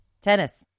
Tennis